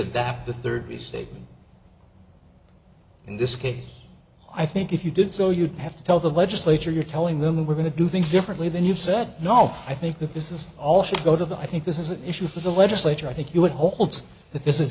adapt the thirty state in this case i think if you did so you'd have to tell the legislature you're telling them we're going to do things differently than you've said no i think that this is all should go to the i think this is an issue for the legislature i think you would hope that this is